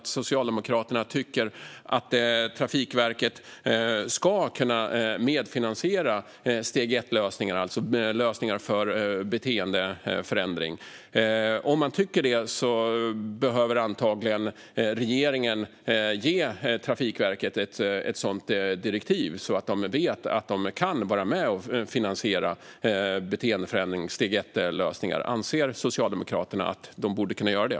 Tycker Socialdemokraterna att Trafikverket ska kunna medfinansiera steg 1-lösningar, som handlar om beteendeförändring? Om de tycker det behöver regeringen antagligen ge Trafikverket ett sådant direktiv så att man där vet att man kan vara med och finansiera steg 1-lösningar med beteendeförändringar. Anser Socialdemokraterna att Trafikverket borde kunna göra det?